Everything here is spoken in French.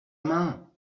main